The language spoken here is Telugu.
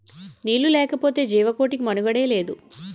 నీళ్లు లేకపోతె జీవకోటికి మనుగడే లేదు